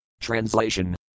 Translation